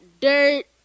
dirt